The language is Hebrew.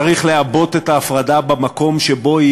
צריך לעבות את ההפרדה במקום שבו היא